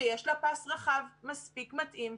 שיש לה פס רחב מספיק מתאים.